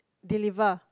deliver